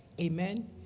Amen